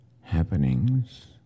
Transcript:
happenings